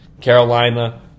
Carolina